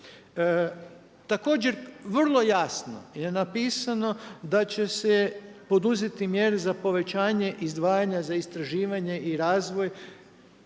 Također vrlo jasno je napisano da će se poduzeti mjere za povećanje izdvajanja za istraživanje i razvoj